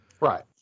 Right